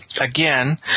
again